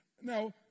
Now